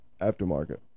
Aftermarket